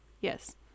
Yes